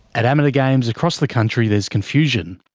at amateur games across the country, there's confusion.